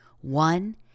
One